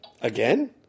Again